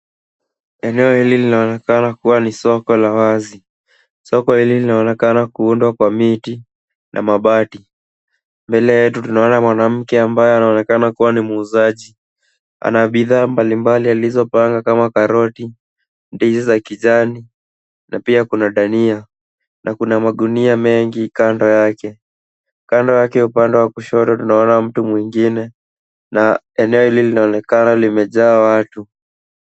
Eneo hili linaonekana kuwa ni soko la wazi. Soko hili linaonekana kuundwa kwa miti na mabati. Mbele yetu tunaona mwanamke ambaye anaonekana kuwa ni muuzaji. Ana bidhaa mbalimbali alizopanga kama karoti, ndizi za kijani na pia kuna dania na kuna magunia mengi kando yake. Kando yake upande wa kushoto tunaona mtu mwingine na eneo hili linaonekana limejaa watu.